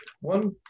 one